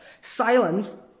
Silence